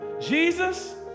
Jesus